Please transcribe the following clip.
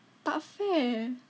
tak fair